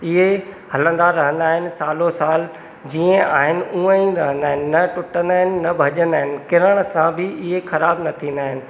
इहे हलंदा रहंदा इन सालो सालु जीअं आहिनि हूअं ई रहंदा आहिनि न टुटंदा आहिनि न भॼंदा आहिनि किरण सां बि इहे ख़राब न थींदा आहिनि